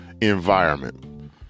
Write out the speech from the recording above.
environment